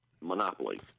monopoly